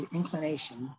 inclination